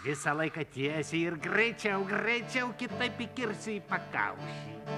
visą laiką tiesiai ir greičiau greičiau kitaip įkirsiu į pakaušį